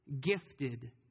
gifted